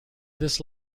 this